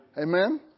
Amen